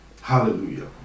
Hallelujah